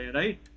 right